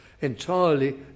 entirely